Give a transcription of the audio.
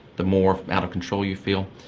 the more out of control you feel.